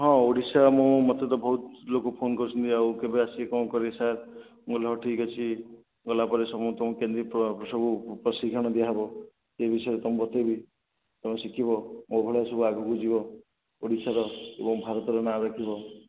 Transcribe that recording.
ହଁ ଓଡିଶା ମୁଁ ମୋତେ ତ ବହୁତ ଲୋକ ଫୋନ୍ କରିଛନ୍ତି ଆଉ କେବେ ଆସିବେ କ'ଣ କରିବେ ସାର୍ ମୁଁ କହିଲି ହଉ ଠିକ୍ ଅଛି ଗଲାପରେ ମୁଁ ସମସ୍ତଙ୍କୁ କେମିତି ସବୁ ପ୍ରଶିକ୍ଷଣ ଦିଆହେବ ସେ ବିଷୟରେ ତୁମକୁ ବତାଇବି ତୁମେ ଶିଖିବ ମୋ ଭଳିଆ ସବୁ ଆଗକୁ ଯିବ ଓଡ଼ିଶାର ଏବଂ ଭାରତର ନାଁ ରଖିବ